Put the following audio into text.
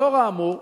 לאור האמור,